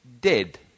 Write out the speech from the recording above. dead